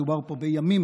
מדובר פה בימים